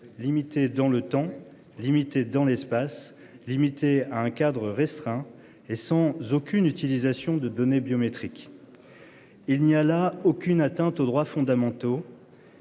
limitée dans le temps limité dans l'espace limité à un cadre restreint et sans aucune utilisation de données biométriques. Il n'y a là aucune atteinte aux droits fondamentaux.